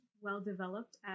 well-developed